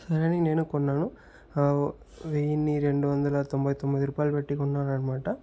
సరే అని నేనూ కొన్నాను వేయిన్నీ రెండు వందల తొంభై తొమ్మిది రూపాయలు పెట్టి కొన్నానన్నమాట